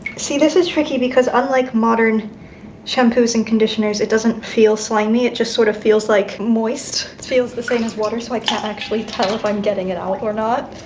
see, this is tricky because, unlike modern shampoos and conditioners, it doesn't feel slimy. it just sort of feels like moist, feels the same as water, so i can't actually tell if i'm getting it out or not.